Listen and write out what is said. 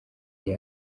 yawe